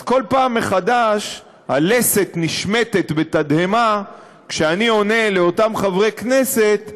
אז כל פעם מחדש הלסת נשמטת בתדהמה כשאני עונה לאותם חברי כנסת: